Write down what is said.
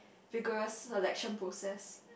vigorous selection process